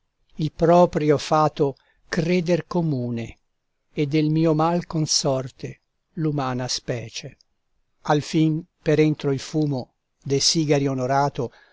il proprio fato creder comune e del mio mal consorte l'umana specie alfin per entro il fumo de sigari onorato